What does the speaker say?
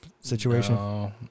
situation